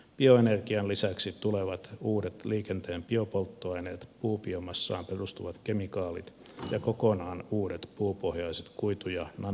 bioenergian lisäksi tulevat uudet liikenteen biopolttoaineet puubiomassaan perustuvat kemikaalit ja kokonaan uudet puupohjaiset kuitu ja nanomateriaalit